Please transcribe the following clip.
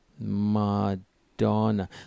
Madonna